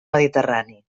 mediterrani